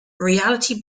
reality